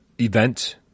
event